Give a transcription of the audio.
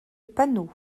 panneaux